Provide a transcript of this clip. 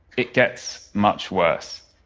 it gets much worse,